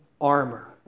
armor